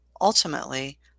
Ultimately